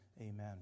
Amen